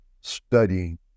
studying